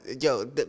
yo